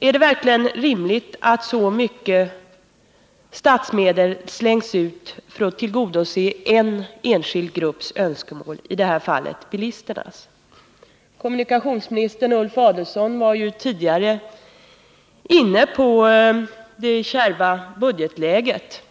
Är det verkligen rimligt att så mycket statsmedel slängs ut för att tillgodose en enskild grupps önskemål, i detta fall bilisternas? Kommunikationsministern Ulf Adelsohn var tidigare inne på det kärva budgetläget.